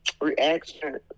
reaction